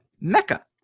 Mecca